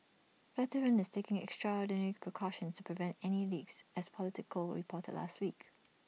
flatiron is taking extraordinary precautions to prevent any leaks as Politico reported last week